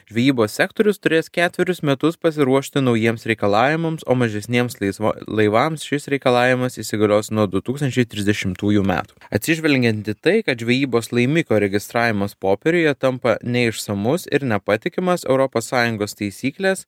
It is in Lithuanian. žvejybos sektorius turės ketverius metus pasiruošti naujiems reikalavimams o mažesniems laisvo laivams šis reikalavimas įsigalios nuo du tūkstančiai trisdešimtųjų metų atsižvelgiant į tai kad žvejybos laimikio registravimas popieriuje tampa neišsamus ir nepatikimas europos sąjungos taisyklės